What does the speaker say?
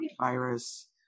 virus